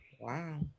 Wow